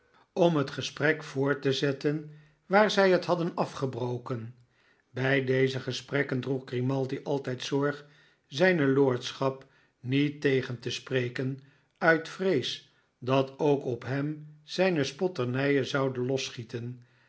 om het een voordeelig ontslag gesprek voort te zetten waar zij het hadden afgebroken bij deze gesprekken droeg grimaldi altijd zorg zijne lordschap niet tegen te spreken uit vrees dat ook op hem zijne spotternijen zouden losschieten